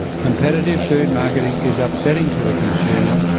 competitive food marketing is upsetting to the consumer,